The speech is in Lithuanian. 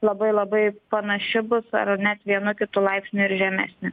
labai labai panaši bus ar net vienu kitu laipsniu ir žemesnė